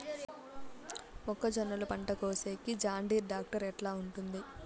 మొక్కజొన్నలు పంట కోసేకి జాన్డీర్ టాక్టర్ ఎట్లా ఉంటుంది?